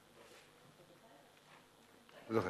אוקיי,